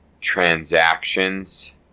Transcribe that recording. transactions